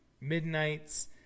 midnights